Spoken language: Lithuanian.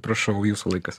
prašau jūsų laikas